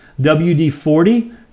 wd-40